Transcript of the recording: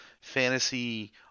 fantasy